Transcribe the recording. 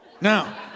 now